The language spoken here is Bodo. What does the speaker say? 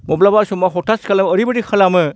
मब्लाबा समाव हरथास खालाव ओरैबायदि खालामो